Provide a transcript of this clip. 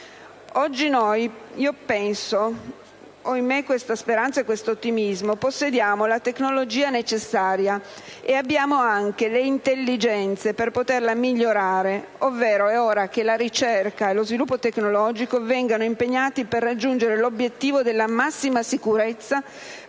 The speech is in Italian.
Oggi - ho in me questa speranza e questo ottimismo - possediamo la tecnologia necessaria e le intelligenze per poterla migliorare, ovvero è ora che la ricerca e lo sviluppo tecnologico vengano impegnati per raggiungere l'obiettivo della massima sicurezza